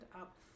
up